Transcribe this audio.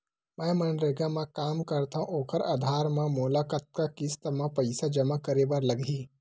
मैं मनरेगा म काम करथव, ओखर आधार म मोला कतना किस्त म पईसा जमा करे बर लगही?